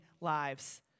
lives